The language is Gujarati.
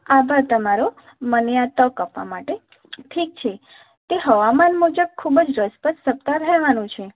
અભાર તમારો મને આ તક આપવા માટે ઠીક છે તો હવામાન મુજબ ખૂબ જ રસપ્રદ સપ્તાહ રહેવાનું છે